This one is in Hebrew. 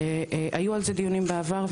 היו על זה דיונים בעבר,